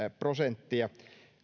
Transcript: prosenttia